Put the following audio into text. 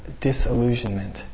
disillusionment